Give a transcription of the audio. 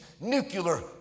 nuclear